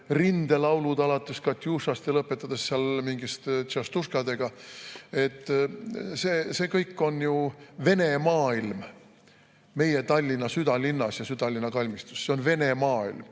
rindelaulud alates "Katjušast" ja lõpetades seal mingite tšastuškadega. See kõik on ju Vene maailm meie Tallinna südalinnas ja Siselinna kalmistul. See on vene maailm.